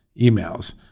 emails